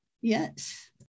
Yes